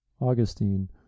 Augustine